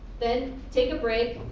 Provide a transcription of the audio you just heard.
then take a break,